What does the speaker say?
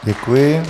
Děkuji.